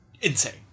insane